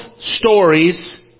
stories